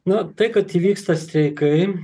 na tai kad įvyksta streikai